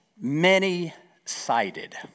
many-sided